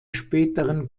späteren